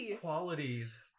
qualities